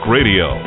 Radio